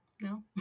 no